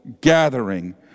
gathering